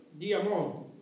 Diamon